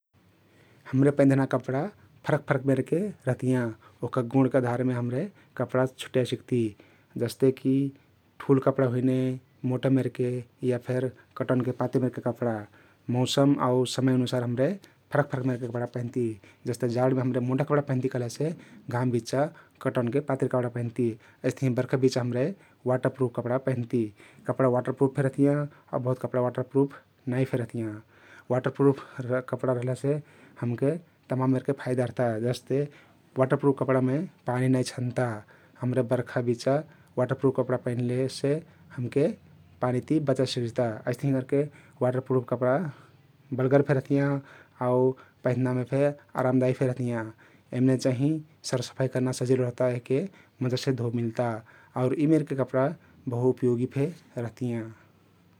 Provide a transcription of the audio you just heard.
हम्रे पैंधना कपडा फरक फरक मेरके रहतियाँ । ओहका गुणके अधारमे हम्रे कपडा छुट्याइ सिक्ती । जस्ते कि ठुल कपडा हुइने मोटा मेरके या फेर कटनके पातिर मेरके कपडा । मौषम आउ समय अनुसार हम्रे फरक फरक मेरके कपडा पैधती । जस्ते जाडमे हम्रे मोटा कपडा पैंधी कहलेसे घाम बिचा कटनके पातिर कपडा पैंधती । अइस्तहिं बरखा बिचाा हम्रे वाटर प्रुफ कपडा पैंधती । कपडा वाटर प्रुफ फे रहतियाँ आउ बहुत कपडा वाटर प्रुफ नाई फे रहतियाँ । वाटर प्रुफ कपडा रहलेसे हमके तमाम मेरके फइदा रहता जस्ते वाटर प्रुफ कपडामे पानी नाई छन्ता । हम्रे बरखा बिचा वाटर प्रुफ कपडा पैंधलेसे हमके पानी ति बचाइ सिक्जिता । अइस्तहिं करके वाटर प्रुफ कपडा बलगर फे रहतियाँ आउ पैंधनामे फे आरामदायी फे रहतियाँ । यमने चाहिं सरसफाई कर्ना सजिलो रहता । यहके मजासे धो मिल्ता आउ यी मेरके कपडा बहुउपयोगी फे रहतियाँ ।